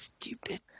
Stupid